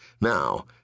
Now